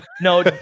no